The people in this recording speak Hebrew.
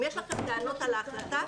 אם יש לכם טענות על ההחלטה,